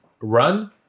run